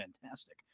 fantastic